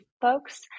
folks